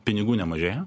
pinigų nemažėja